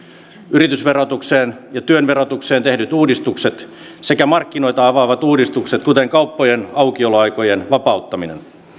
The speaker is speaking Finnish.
yritysverotukseen ja työn verotukseen tehdyt uudistukset sekä markkinoita avaavat uudistukset kuten kauppojen aukioloaikojen vapauttaminen